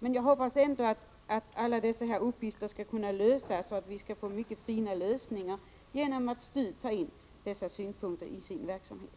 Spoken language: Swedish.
Men jag hoppas att vi skall kunna få bra lösningar på alla dessa frågor genom att STU tar in uppgifterna i sin verksamhet.